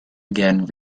again